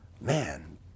man